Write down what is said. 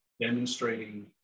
demonstrating